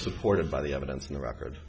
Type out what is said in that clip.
supported by the evidence in the record